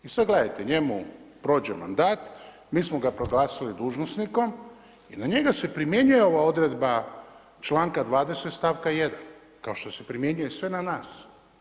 I sada gledajte, njemu prođe mandat, mi smo ga proglasili dužnosnikom i na njega se primjenjuje ova odredba članka 20. stavka 1. kao što se primjenjuje na sve nas.